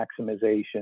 maximization